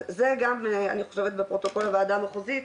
אז זה גם אני חושבת שבפרוטוקול הוועדה המחוזית,